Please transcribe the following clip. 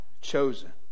chosen